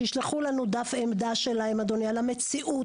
שישלחו לנו דף עמדה שלהם על המציאות,